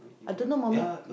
I don't know mommy